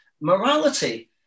morality